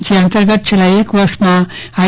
જે અંતર્ગત છેલ્લા એક વર્ષમાં આઇ